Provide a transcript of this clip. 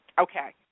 Okay